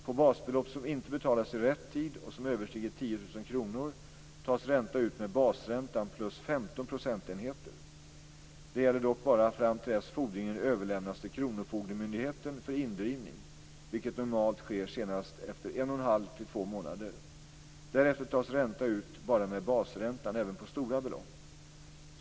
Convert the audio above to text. På belopp som inte betalats i rätt tid och som överstiger 10 000 kronor tas ränta ut med basräntan plus 15 procentenheter. Det gäller dock bara fram till dess fordringen överlämnas till kronofogdemyndigheten för indrivning, vilket normalt sker senast efter en och en halv till två månader. Därefter tas ränta ut bara med basräntan även på stora belopp.